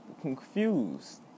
Confused